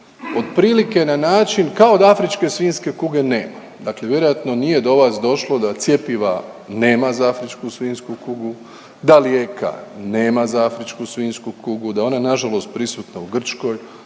otprilike na način kao da afričke svinjske kuge nema. Dakle, vjerojatno nije do vas došlo da cjepiva nema za afričku svinjsku kugu, da je ona na žalost prisutna u Grčkoj,